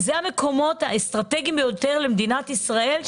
הם המקומות האסטרטגיים ביותר למדינת ישראל,